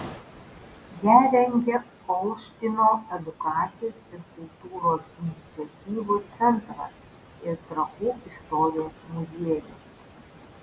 ją rengia olštyno edukacijos ir kultūros iniciatyvų centras ir trakų istorijos muziejus